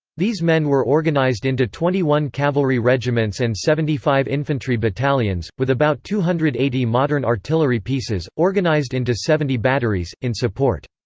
these men were organised into twenty one cavalry regiments and seventy five infantry battalions, with about two hundred and eighty modern artillery pieces, organised into seventy batteries, in support.